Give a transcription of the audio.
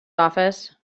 office